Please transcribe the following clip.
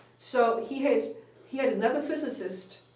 so he had he had another physicist,